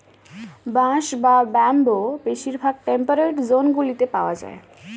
বাঁশ বা বাম্বু বেশিরভাগ টেম্পারেট জোনগুলিতে পাওয়া যায়